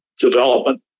development